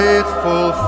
Faithful